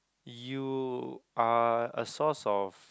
you are a source of